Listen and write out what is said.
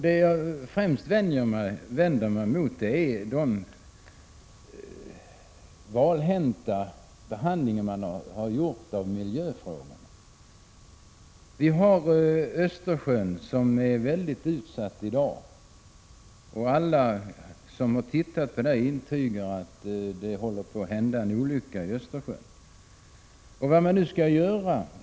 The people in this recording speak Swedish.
Det jag främst vänder mig emot är den valhänta behandlingen av miljöfrågorna. Östersjön är i dag väldigt utsatt, och alla som har undersökt saken intygar att det håller på att hända en olycka i denna del av Östersjön.